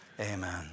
amen